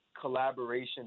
collaboration